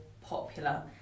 popular